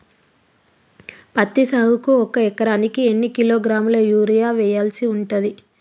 పత్తి సాగుకు ఒక ఎకరానికి ఎన్ని కిలోగ్రాముల యూరియా వెయ్యాల్సి ఉంటది?